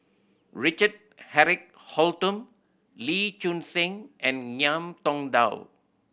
Richard Eric Holttum Lee Choon Seng and Ngiam Tong Dow